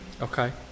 Okay